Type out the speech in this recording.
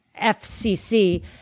FCC